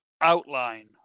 outline